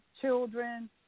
children